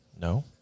No